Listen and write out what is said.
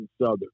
Southern